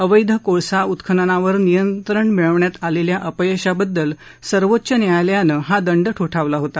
अवैध कोळसा उत्खननावर नियंत्रण मिळवण्यात आलेल्या अपयशाबद्दल सर्वोच्च न्यायालयानं हा दंड ठोठावला होता